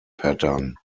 pattern